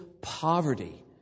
poverty